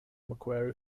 macquarie